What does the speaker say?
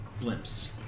blimps